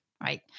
right